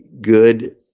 good